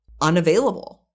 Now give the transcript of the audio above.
unavailable